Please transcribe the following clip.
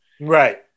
right